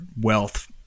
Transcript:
wealth